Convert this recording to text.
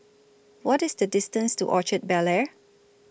What IS The distance to Orchard Bel Air